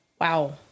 Wow